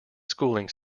schooling